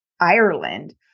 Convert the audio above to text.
Ireland